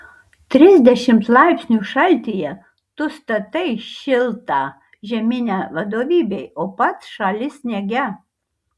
trisdešimt laipsnių šaltyje tu statai šiltą žeminę vadovybei o pats šąli sniege